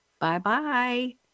Bye-bye